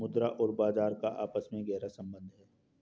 मुद्रा और बाजार का आपस में गहरा सम्बन्ध है